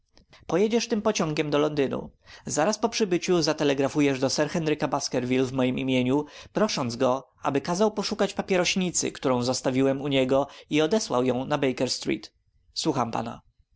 pojedziesz tym pociągiem do londynu zaraz po przybyciu zatelegrafujesz do sir henryka baskerville w mojem imieniu prosząc go aby kazał poszukać papierośnicy którą zostawiłem u niego i odesłał ją na baker street słucham pana